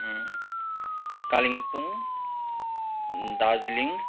Kalimpong Darjeeling